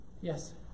Yes